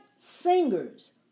singers